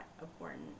important